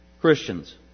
Christians